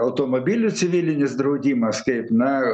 automobilių civilinis draudimas kaip na